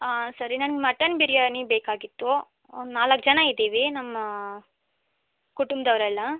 ಹಾಂ ಸರಿ ನಂಗೆ ಮಟನ್ ಬಿರಿಯಾನಿ ಬೇಕಾಗಿತ್ತು ನಾಲ್ಕು ಜನ ಇದ್ದೀವಿ ನಮ್ಮ ಕುಟುಂಬದವ್ರೆಲ್ಲ